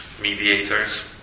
mediators